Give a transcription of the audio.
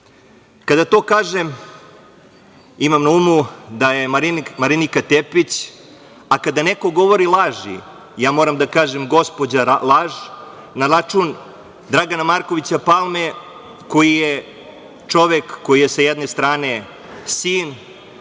Kada to kažem, imam na umu da je Marinika Tepić, a kada neko govori laži, moram da kažem gospođa laž, na račun Dragana Markovića Palme, koji je čovek koji je sa jedne strane sin,